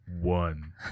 One